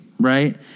Right